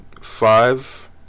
five